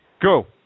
Go